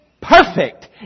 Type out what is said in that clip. perfect